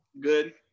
Good